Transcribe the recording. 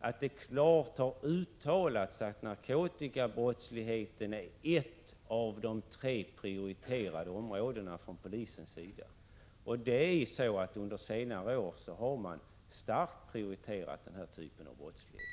har klart uttalats att narkotikabrottsligheten är ett av de tre prioriterade områdena i polisens arbete. Man har under senare år starkt prioriterat insatserna mot denna typ av brottslighet.